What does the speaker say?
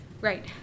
Right